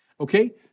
Okay